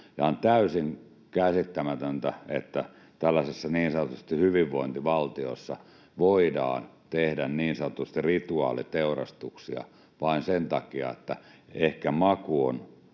on täysin käsittämätöntä, että tällaisessa niin sanotussa hyvinvointivaltiossa voidaan tehdä niin sanotusti rituaaliteurastuksia vain sen takia, että ehkä maku on